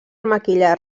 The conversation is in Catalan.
maquillar